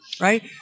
right